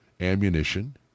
ammunition